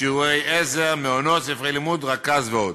שיעורי עזר, מעונות, ספרי לימוד, רכז ועוד.